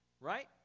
right